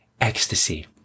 ecstasy